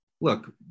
look